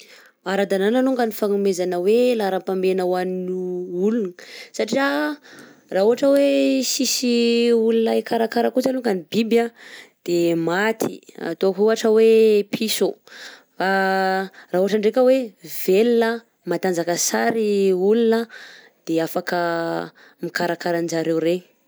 Ara-dalagna longany ny fanomezana oe lahara-pahamehana ho an- ny olona satria raha ohatra hoe sisy olona ikarakara kosa longany ny biby a, de maty, ataoko ohatra oe piso raha ohatra ndraika hoe velona matanzaka sara i olona de afaka mikarakara anjareo reny.